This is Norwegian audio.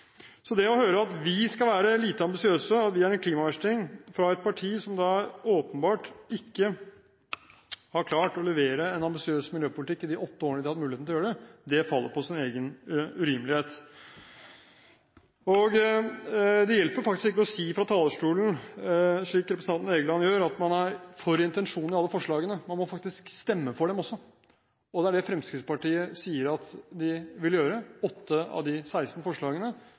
Så det å høre at vi skal være lite ambisiøse og at vi er en klimaversting fra et parti som åpenbart ikke har klart å levere en ambisiøs miljøpolitikk i løpet av de åtte årene de har hatt muligheten til å gjøre det, faller på sin egen urimelighet. Det hjelper faktisk ikke å si fra talerstolen, slik representanten Egeland gjør, at man er for intensjonen i alle forslagene. Man må faktisk stemme for dem også, og det er det Fremskrittspartiet sier at de vil gjøre for åtte av de 16 forslagene,